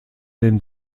den